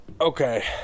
Okay